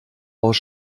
aus